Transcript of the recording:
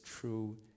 true